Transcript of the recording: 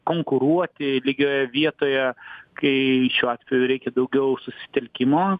konkuruoti lygioje vietoje kai šiuo atveju reikia daugiau susitelkimo